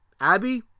Abby